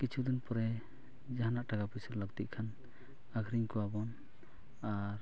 ᱠᱤᱪᱷᱩ ᱫᱤᱱ ᱯᱚᱨᱮ ᱡᱟᱦᱟᱱᱟᱜ ᱴᱟᱠᱟ ᱯᱩᱭᱥᱟᱹ ᱞᱟᱹᱠᱛᱤᱜ ᱠᱷᱟᱱ ᱟᱹᱠᱷᱨᱤᱧ ᱠᱚᱣᱟᱵᱚᱱ ᱟᱨ